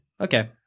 Okay